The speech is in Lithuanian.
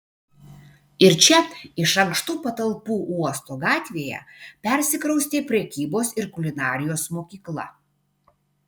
ir čia iš ankštų patalpų uosto gatvėje persikraustė prekybos ir kulinarijos mokykla